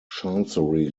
chancery